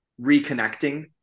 reconnecting